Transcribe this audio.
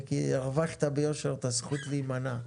כך שהרווחת ביושר את הזכות להימנע.